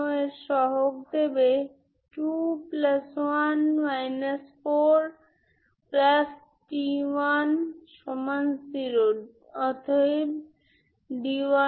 এর মানে হল সিরিজ আপনি x ঠিক করেন যা করেস্পন্ডিং f এর সাথে মিলিত হয়